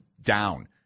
down